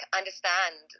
understand